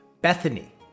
Bethany